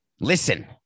Listen